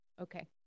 Okay